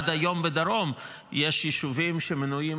עד היום בדרום יש יישובים שמנועים